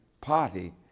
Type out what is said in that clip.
Party